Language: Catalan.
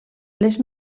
les